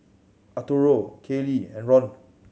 Arturo Kaley and Ron